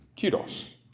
Kudos